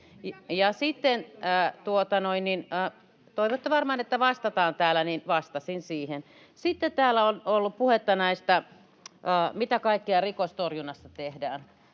toivotte varmaan, että täällä vastataan, niin vastasin siihen. Sitten täällä on ollut puhetta siitä, mitä kaikkea rikostorjunnassa tehdään.